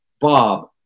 Bob